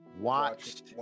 watched